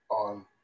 on